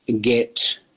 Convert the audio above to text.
get